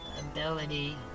ability